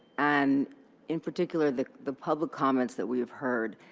and in particular, the the public comments that we have heard,